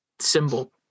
symbol